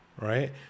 right